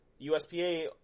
USPA